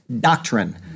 doctrine